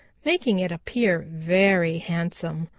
making it appear very handsome.